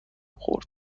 خورد